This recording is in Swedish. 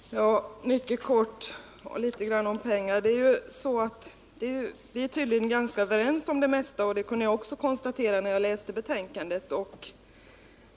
Herr talman! Mycket kort om detta med pengar: Vi är tydligen ganska överens om det mesta — det kunde jag också konstatera när jag läste betänkandet.